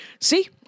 See